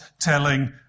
telling